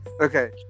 okay